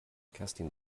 kerstin